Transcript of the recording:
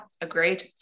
agreed